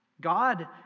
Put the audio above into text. God